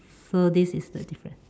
so this is the difference